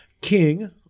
King